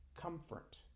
comfort